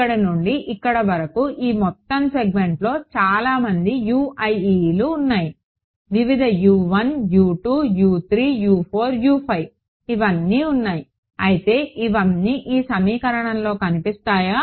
ఇక్కడ నుండి ఇక్కడ వరకు ఈ మొత్తం సెగ్మెంట్లో చాలా మంది U i e లు ఉన్నాయి వివిధ ఇవ్వన్ని ఉన్నాయి అయితే ఇవన్నీ ఈ సమీకరణంలో కనిపిస్తాయా